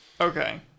okay